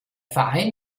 verein